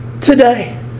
Today